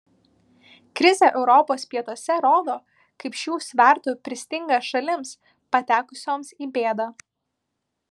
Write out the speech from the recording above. krizė europos pietuose rodo kaip šių svertų pristinga šalims patekusioms į bėdą